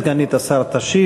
סגנית השר תשיב.